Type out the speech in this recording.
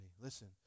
Listen